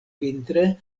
vintre